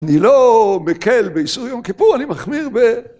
אני לא... מקל ביישוב יום כיפור, אני מחמיר ב...